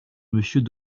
monsieur